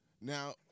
Now